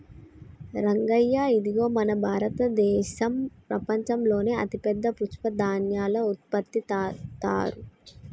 రంగయ్య ఇదిగో మన భారతదేసం ప్రపంచంలోనే అతిపెద్ద పప్పుధాన్యాల ఉత్పత్తిదారు